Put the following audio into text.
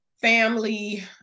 family